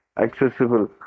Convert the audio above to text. accessible